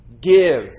give